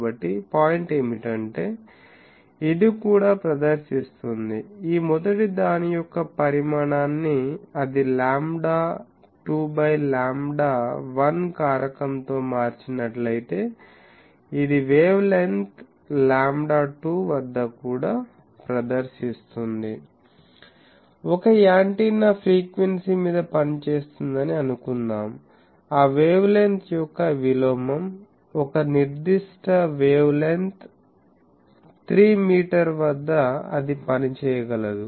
కాబట్టి పాయింట్ ఏమిటంటే ఇది కూడా ప్రదర్శిస్తుంది ఈ మొదటిదాని యొక్క పరిమాణాన్ని అది లాంబ్డా 2 బై లాంబ్డా 1 కారకం తో మార్చినట్లయితే ఇది వేవ్ లెంగ్త్ లాంబ్డా 2 వద్ద కూడా ప్రదర్శిస్తుంది ఒక యాంటెన్నా ఫ్రీక్వెన్సీ మీద పనిచేస్తుందని అనుకుందాం ఆ వేవ్ లెంగ్త్ యొక్క విలోమం ఒక నిర్దిష్టవేవ్ లెంగ్త్ 3 మీటర్ వద్ద అది పని చేయగలదు